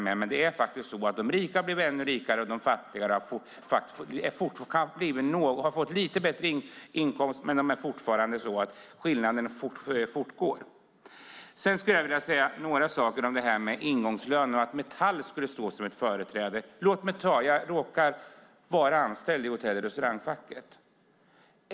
Men det är faktiskt så att de rika har blivit ännu rikare och de fattiga har fått lite bättre inkomst, men skillnaden fortgår ändå. För det andra skulle jag vilja säga några saker om ingångslönerna och att Metall skulle stå som ett föredöme. Jag råkar vara anställd i Hotell och Restaurangfacket.